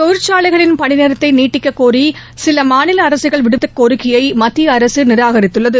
தொழிற்சாலைகளின் பணி நேரத்தை நீட்டிக்கக்கோரி சில மாநில அரசுகள் விடுத்தகோரிக்கையை மத்திய அரசு நிராகரித்துள்ளது